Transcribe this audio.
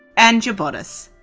and your bodice.